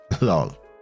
lol